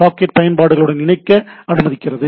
socket பயன்பாடுகளுடன் இணைக்க அனுமதிக்கிறது